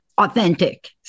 authentic